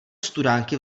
studánky